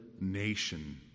nation